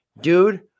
dude